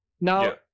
Now